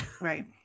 Right